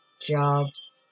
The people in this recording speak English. jobs